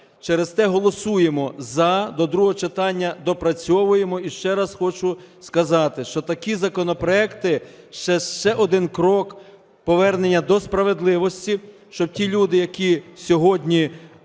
Через те голосуємо за, до другого читання допрацьовуємо. І ще раз хочу сказати, що такі законопроекти – це ще один крок повернення до справедливості, щоб ті люди, які сьогодні